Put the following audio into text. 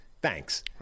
Thanks